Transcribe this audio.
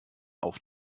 auf